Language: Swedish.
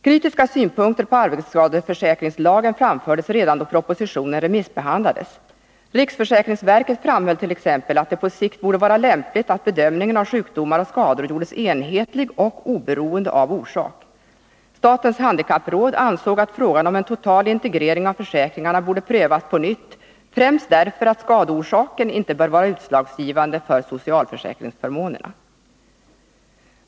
Kritiska synpunkter på arbetsskadeförsäkringslagen framfördes redan då propositionen remissbehandlades. Riksrevisionsverket framhöll t.ex. att det på sikt borde vara lämpligt att bedömningen av sjukdomar och skador gjordes enhetlig och oberoende av orsak. Statens handikappråd ansåg att frågan om en total integrering av försäkringarna borde prövas på nytt, främst därför att skadeorsaken inte bör vara utslagsgivande för socialförsäkringsförmånerna.